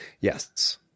Yes